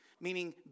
meaning